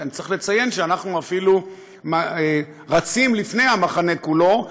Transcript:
ואני צריך לציין שאנחנו אפילו רצים לפני המחנה כולו,